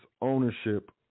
ownership